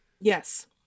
Yes